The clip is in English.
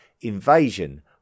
invasion